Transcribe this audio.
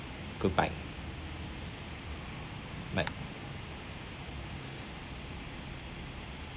goodbye bye